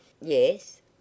Yes